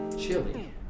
Chili